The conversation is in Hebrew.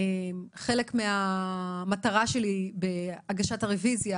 חלק מהמטרה שלי בהגשת הרביזיה,